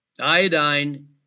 Iodine